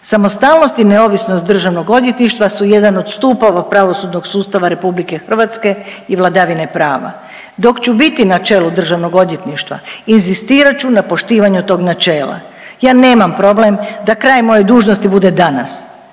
Samostalnost i neovisnost državnog odvjetništva su jedan od stupova pravosudnog sustava RH i vladavine prava. Dok ću biti na čelu državnog odvjetništva inzistirat ću na poštivanju tog načela. Ja nema problem da kraj moje dužnosti bude danas,